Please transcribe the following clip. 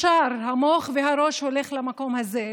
ישר המוח והראש הולכים למקום הזה.